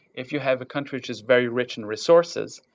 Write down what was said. if you have a country which is very rich in resources,